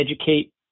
educate